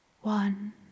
one